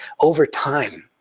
over time,